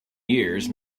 years